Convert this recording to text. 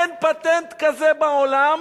אין פטנט כזה בעולם